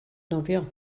nofio